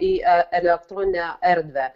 į elektroninę erdvę